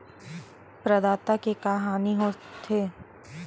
प्रदाता के का हानि हो थे?